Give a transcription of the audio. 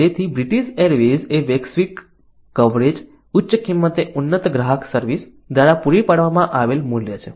તેથી British Airways એ વૈશ્વિક કવરેજ ઉચ્ચ કિંમતે ઉન્નત ગ્રાહક સર્વિસ દ્વારા પૂરી પાડવામાં આવેલ મૂલ્ય છે